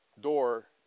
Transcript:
door